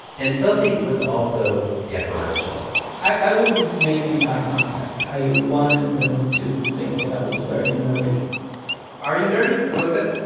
and filthy was also deferential i wouldn't make any eye contact. i wanted them to think that i was very nerdy are you nerdy, a little bit?